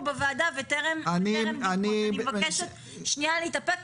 בוועדה וטרם התבטאו אני מבקשת שנייה להתאפק,